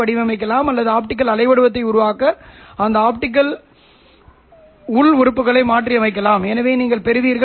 உள்வரும் signal s என்று அழைக்கவும் ஒரு உள்ளூர் ஆஸிலேட்டரால் LO என்று அழைக்கவும் பெருக்கப்படும்